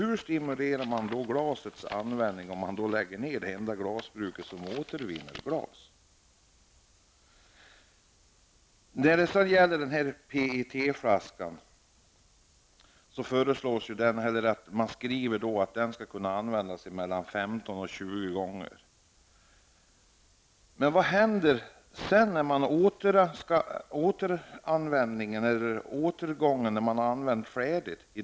Hur stimulerar man glasets användning om man lägger ned det enda glasbruk som återvinner glas? Man skriver vidare att PET-flaskan skall kunna återanvändas mellan 15 och 20 gånger. Men vad händer sedan när man har återanvänt den färdigt?